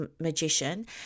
magician